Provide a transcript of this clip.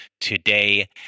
today